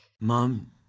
Mom